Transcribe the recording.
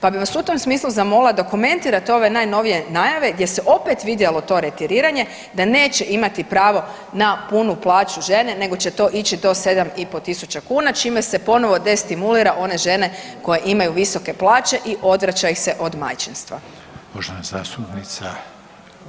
Pa bi vas u tom smislu zamolila da komentirate ove najnovije najave gdje se opet vidjelo to retiriranje da neće imati pravo na punu plaću žene nego će to ići do 7.500 kuna čime se ponovo destimulira one žene koje imaju visoke plaće i odvraća ih se od majčinstva.